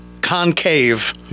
concave